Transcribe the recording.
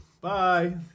Bye